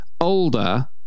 older